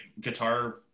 guitar